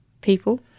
people